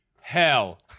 hell